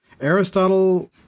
Aristotle